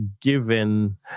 given